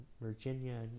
virginia